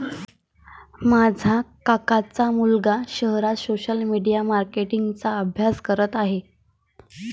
माझ्या काकांचा मुलगा शहरात सोशल मीडिया मार्केटिंग चा अभ्यास करत आहे